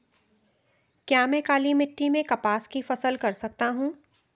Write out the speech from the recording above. क्या मैं काली मिट्टी में कपास की फसल कर सकता हूँ?